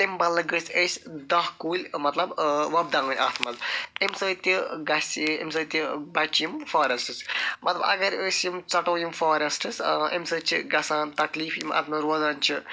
تَمہِ بدلہٕ گٔژھۍ أسۍ دَہ کُلۍ مطلب وۄبداوٕنۍ اَتھ مَنٛز اَمہِ سۭتۍ تہِ گَژھِ یہِ اَمہِ سۭتۍ تہِ بَچہِ یِم فارٮ۪سٹٕز مَطلَب اگر أسۍ یِم ژَٹو یِم فارٮ۪سٹٕس اَمہِ سۭتۍ چھِ گَژھان تَکلیٖف یِم اتھ مَنٛز روزان چھِ